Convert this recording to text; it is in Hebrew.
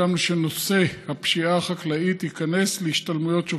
וסיכמנו שנושא הפשיעה החקלאית ייכנס להשתלמויות שופטים.